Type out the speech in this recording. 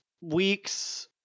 week's